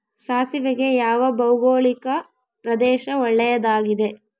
ಸಾಸಿವೆಗೆ ಯಾವ ಭೌಗೋಳಿಕ ಪ್ರದೇಶ ಒಳ್ಳೆಯದಾಗಿದೆ?